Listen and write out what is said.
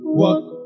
walk